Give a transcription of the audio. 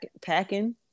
packing